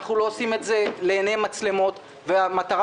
אנחנו לא עושים את זה לעיני מצלמות והמטרה